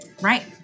Right